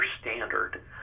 standard